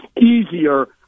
easier